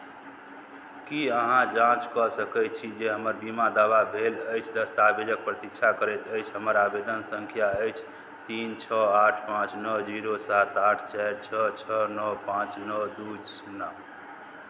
की अहाँ जाँच कऽ सकैत छी जे हमर बीमा दावा भेल अछि दस्तावेजक प्रतीक्षा करैत अछि हमर आवेदन सङ्ख्या अछि तीन छओ आठ पाँच नओ जीरो सात आठ चारि छओ छओ नओ पाँच नओ दू शुन्ना